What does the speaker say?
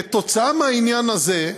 כתוצאה מהעניין הזה,